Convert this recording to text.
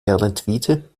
erlentwiete